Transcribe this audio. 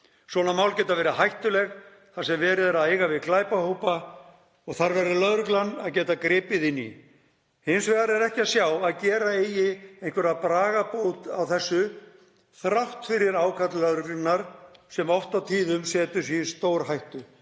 Svona mál geta verið hættuleg þar sem verið er að eiga við glæpahópa og þar verður lögreglan að geta gripið inn í. Hins vegar er ekki að sjá að gera eigi einhverja bragarbót á þessu þrátt fyrir ákall lögreglunnar sem oft á tíðum setur sig í stórhættu.